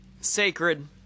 sacred